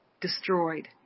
destroyed